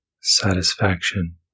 satisfaction